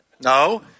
No